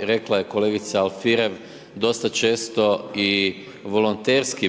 rekla je kolegica Alfirev, dosta često i volonterski,